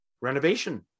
Renovation